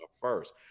first